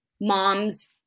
moms